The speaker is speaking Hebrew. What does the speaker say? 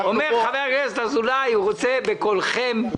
אומר חבר הכנסת אזולאי שהוא רוצה שתגידו בקולכם